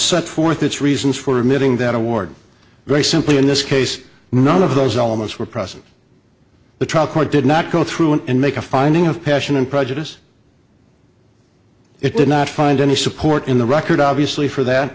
set forth its reasons for admitting that award very simply in this case none of those elements were present the trial court did not go through and make a finding of passion and prejudice it did not find any support in the record obviously for that